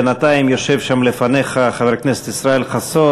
בינתיים יושב שם לפניך חבר הכנסת ישראל חסון.